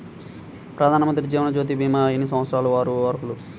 ప్రధానమంత్రి జీవనజ్యోతి భీమా ఎన్ని సంవత్సరాల వారు అర్హులు?